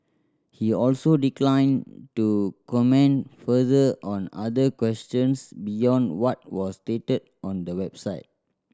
he also declined to comment further on other questions beyond what was stated on the website